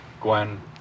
Gwen